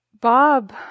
Bob